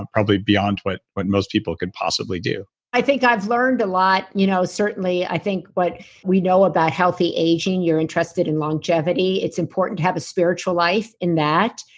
ah probably beyond what what most people could possibly do i think i've learned a lot. you know certainly, i think what we know about healthy aging, you're entrusted in longevity, it's important to have a spiritual life in that.